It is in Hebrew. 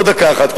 עוד דקה אחת,